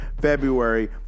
February